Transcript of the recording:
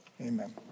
amen